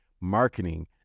marketing